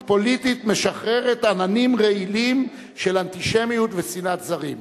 משחררת עננים רעילים של אנטישמיות ושנאת זרים.